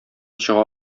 чыга